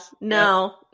no